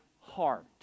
heart